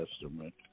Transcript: Testament